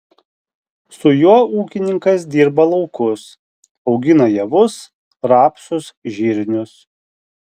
su juo ūkininkas dirba laukus augina javus rapsus žirnius